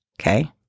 Okay